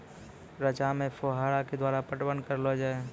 रचा मे फोहारा के द्वारा पटवन करऽ लो जाय?